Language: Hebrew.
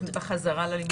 בחזרה ללימודים?